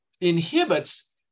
inhibits